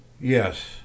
Yes